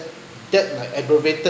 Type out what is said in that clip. that might aggravated